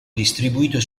distribuito